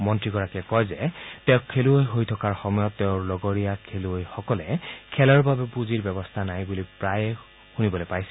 মন্ত্ৰীগৰাকীয়ে কয় যে তেওঁ খেলুৱৈ হৈ থকাৰ সময়ত তেওঁৰ লগতে লগৰীয়া খেলুৱৈসকলে খেলৰ বাবে পুঁজিৰ ব্যৱস্থা নাই বুলি প্ৰায়ে শুনিবলৈ পাইছিল